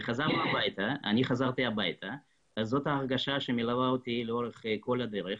אני חזרתי הביתה וזאת ההרגשה שמלווה אותי לאורך כל הדרך.